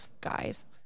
Guys